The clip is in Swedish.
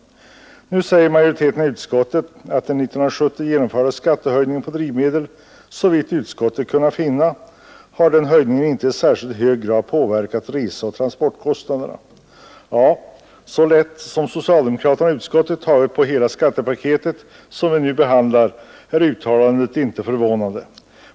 Nu säger majoriteten i utskottet att den 1970 genomförda skattehöjningen på drivmedel såvitt utskottet kunnat finna inte i särskilt hög grad påverkat reseoch transportkostnaderna. Ja, så lätt som socialdemokraterna i utskottet tagit på hela det skattepaket som vi nu behandlar är uttalandet inte förvånande.